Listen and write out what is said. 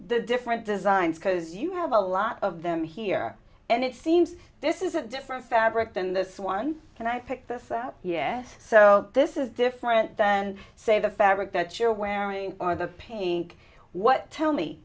the different designs because you have a lot of them here and it seems this is a different fabric than this one and i picked this up yes so this is different than say the fabric that you're wearing or the pink what tell me